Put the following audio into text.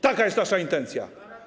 Taka jest nasza intencja.